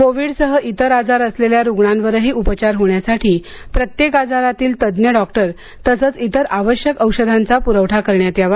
कोविडसह इतर आजार असलेल्या रुग्णांवरही उपचार होण्यासाठी प्रत्येक आजारातील तज्ज्ञ डॉक्टर तसंच इतर आवश्यक औषधांचा पुरवठा करण्यात यावा